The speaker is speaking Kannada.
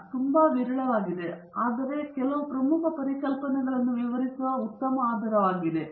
ಇವು ತುಂಬಾ ವಿರಳವಾಗಿವೆ ಆದರೆ ಇದು ಕೆಲವು ಪ್ರಮುಖ ಪರಿಕಲ್ಪನೆಗಳನ್ನು ವಿವರಿಸುವ ಉತ್ತಮ ಆಧಾರವಾಗಿದೆ